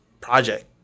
project